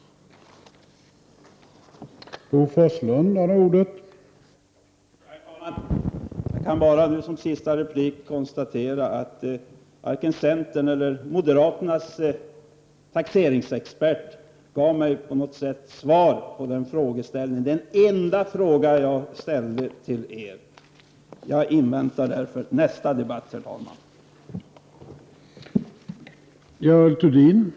25 april 1990